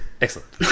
Excellent